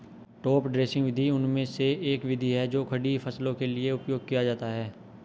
top dressing विधि उनमें से एक विधि है जो खड़ी फसलों के लिए उपयोग किया जाता है